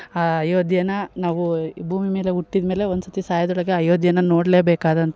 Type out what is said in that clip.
ಆ ಅಯೋಧ್ಯೆನ ನಾವು ಭೂಮಿ ಮೇಲೆ ಹುಟ್ಟಿದ ಮೇಲೆ ಒಂದು ಸತಿ ಸಾಯೋದ್ರೊಳಗೆ ಅಯೋಧ್ಯೆನ ನೋಡ್ಲೇಬೇಕಾದಂಥ